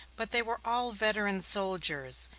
but they were all veteran soldiers,